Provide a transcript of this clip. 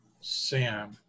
Sam